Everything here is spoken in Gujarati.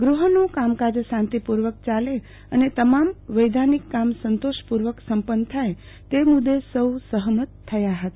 ગૃહ નું કામકાજ શાંતિપૂ ર્વક ચાલે અને તમામ વૈધાનિક કામ સંતોષપૂ ર્વક સંપન્ન થાય તે મુદ્દે સૌ સહમત થયા હતા